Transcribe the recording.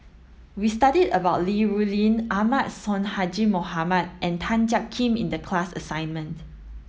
we studied about Li Rulin Ahmad Sonhadji Mohamad and Tan Jiak Kim in the class assignment